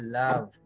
love